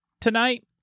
tonight